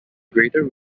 greater